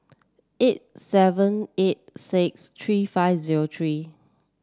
eight seven eight six three five zero three